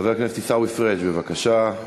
חבר הכנסת עיסאווי פריג', בבקשה.